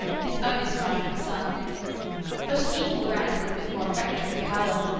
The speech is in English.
his only surviving son but an equal rank, with more effectual power,